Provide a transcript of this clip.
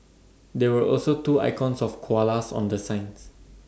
there were also two icons of koalas on the signs